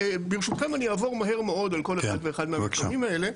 ברשותכם אני אעבור מהר מאוד על כל אחד ואחד מהמתחמים האלה.